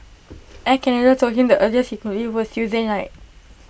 Air Canada told him the earliest he could leave was Tuesday night